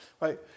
right